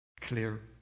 clear